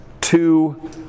two